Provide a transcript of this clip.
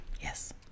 Yes